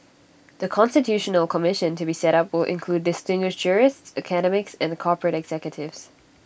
the constitutional commission to be set up will include distinguished jurists academics and corporate executives